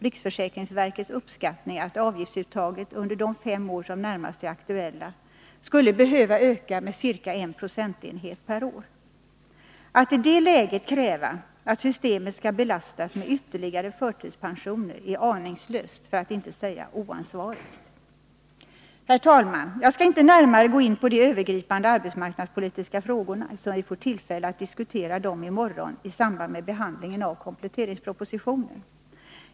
Riksförsäkringsverkets uppskattning är att avgiftsuttaget under de fem år som närmast är aktuella skulle behöva öka med ca 1 procentenhet per år. Att i det läget kräva att systemet skall belastas med ytterligare förtidspensioner är aningslöst, för att inte säga oansvarigt. Herr talman! Jag skall inte närmare gå in på de övergripande arbetsmarknadspolitiska frågorna, eftersom vi får tillfälle att diskutera dem i morgon i samband med behandlingen av kompletteringspropositionen.